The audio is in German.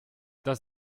das